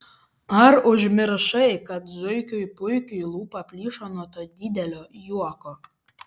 ar užmiršai kad zuikiui puikiui lūpa plyšo nuo to didelio juoko